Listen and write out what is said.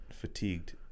fatigued